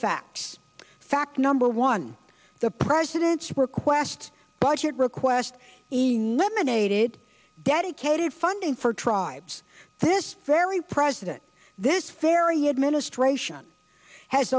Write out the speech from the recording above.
facts fact number one the president's request budget request is limited aided dedicated funding for tribes this very president this ferry administration has